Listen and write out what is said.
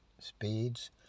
speeds